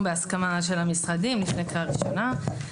בהסכמה של המשרדים לפני קריאה ראשונה.